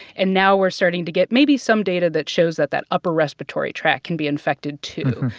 and now we're starting to get maybe some data that shows that that upper respiratory tract can be infected, too.